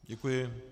Děkuji.